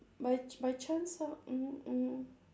by ch~ by chance ah mm mm